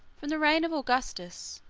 from the reign of augustus,